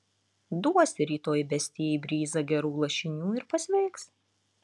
duosi rytoj bestijai bryzą gerų lašinių ir pasveiks